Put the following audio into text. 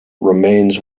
remains